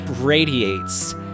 radiates